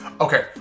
Okay